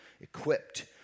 equipped